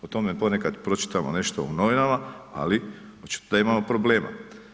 O tome ponekad pročitamo nešto u novinama, ali očito da imamo problema.